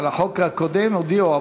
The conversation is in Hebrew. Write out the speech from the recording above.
על החוק הקודם הודיעו,